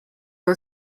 her